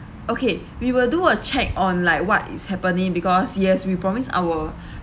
okay we will do a check on like what is happening because yes we promise our